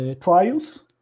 trials